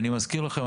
אני מזכיר לכם,